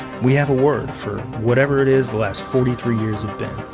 we have a word for whatever it is the last forty three years have been.